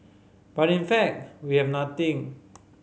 but in fact we have nothing